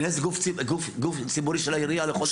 המבנה זה גוף ציבורי של העירייה לכל דבר.